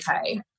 okay